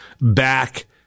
back